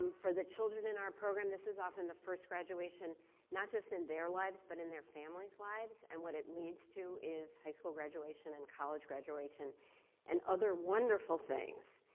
for the children in our program, this is often the first graduation not just in their lives, but in their family's lives. and what it leads to is high school graduation and college graduation and other wonderful things.